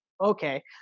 okay